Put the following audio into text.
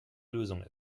lösung